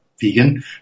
vegan